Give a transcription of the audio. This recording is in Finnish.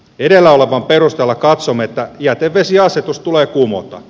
edellä olevan perusteella katsomme että jätevesiasetus tulee kumota